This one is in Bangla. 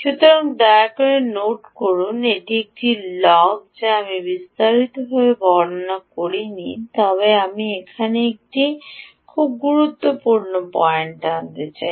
সুতরাং দয়া করে নোট করুন এটি একটি লগ যা আমি বিস্তারিতভাবে বর্ণনা করিনি তবে আমি এখানে একটি খুব গুরুত্বপূর্ণ পয়েন্ট আনতে চাই